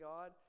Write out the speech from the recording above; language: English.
God